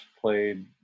played